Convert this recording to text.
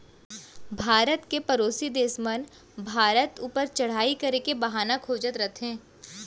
भारत के परोसी देस मन भारत ऊपर चढ़ाई करे के बहाना खोजत रथें